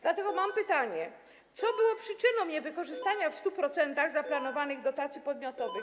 Dlatego mam pytanie: Co było przyczyną niewykorzystania w 100% zaplanowanych dotacji podmiotowych?